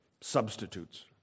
substitutes